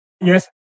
Yes